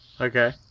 Okay